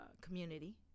community